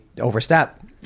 overstep